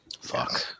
Fuck